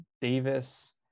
Davis